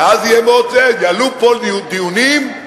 ואז יעלו פה דיונים,